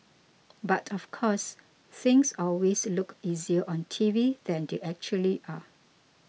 but of course things always look easier on TV than they actually are